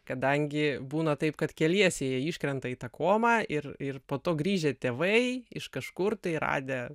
kadangi būna taip kad keliese jie iškrenta į tą komą ir ir po to grįžę tėvai iš kažkur tai radę